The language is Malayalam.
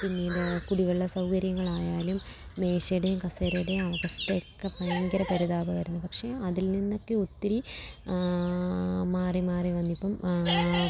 പിന്നീട് കുടിവെള്ള സൗകര്യങ്ങളായാലും മേശയുടെയും കസേരയുടെയും അവസ്ഥ ഒക്കെ ഭയങ്കര പരിതാപകരമായിരുന്നു പക്ഷെ അതിൽനിന്നൊക്കെ ഒത്തിരി മാറി മാറി വന്നിപ്പം